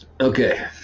okay